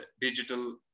digital